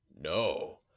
no